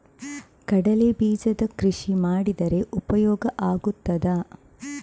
ಕಡ್ಲೆ ಬೀಜದ ಕೃಷಿ ಮಾಡಿದರೆ ಉಪಯೋಗ ಆಗುತ್ತದಾ?